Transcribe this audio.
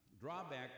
drawback